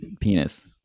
penis